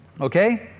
Okay